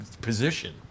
position